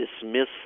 dismiss